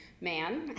man